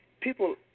People